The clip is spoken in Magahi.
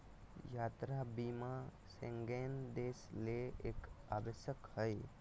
यात्रा बीमा शेंगेन देश ले एक आवश्यक हइ